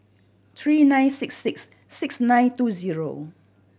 three nine six six six nine two zero